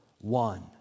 one